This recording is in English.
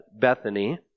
Bethany